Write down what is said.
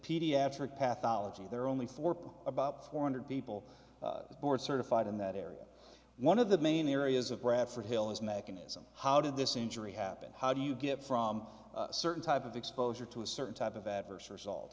pediatric path ology there are only for about four hundred people board certified in that area one of the main areas of bradford hill is mechanism how did this injury happen how do you get from a certain type of exposure to a certain type of adverse result